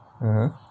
(uh huh)